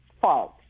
false